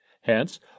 Hence